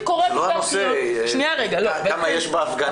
זה לא הנושא, כמה יש בהפגנה כזאת או אחרת.